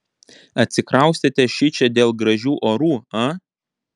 atsikraustėte šičia dėl gražių orų a